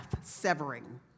severing